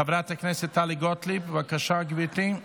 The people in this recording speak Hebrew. חברת הכנסת טלי גוטליב, בבקשה, גברתי.